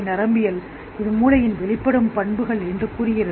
நரம்பியல் இது மூளையின் வெளிப்படும் பண்புகள் என்று கூறுகிறது